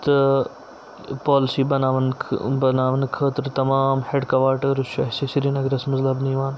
policy بَناوَن بَناونہٕ خٲطرٕ تمام ہٮ۪ڈکواٹٲرٕس چھُ اَسہِ سرینگرَس منٛز لَبنہٕ یِوان